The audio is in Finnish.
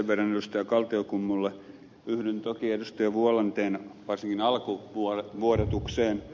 kaltiokummulle että yhdyn toki ed